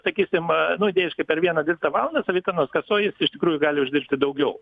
sakysim nu tai reiškia per vieną dirbtą valandą savitarnos kasoje jis iš tikrųjų gali uždirbti daugiau